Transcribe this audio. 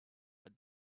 but